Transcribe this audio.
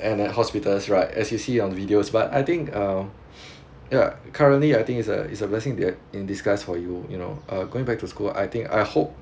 and uh hospitals right as you see on videos but I think uh ya currently I think is a is a blessing in d~ in disguise for you you know going back to school I think I hope